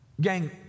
Gang